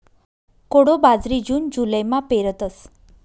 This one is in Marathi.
कोडो बाजरी जून जुलैमा पेरतस